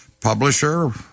publisher